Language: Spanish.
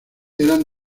eran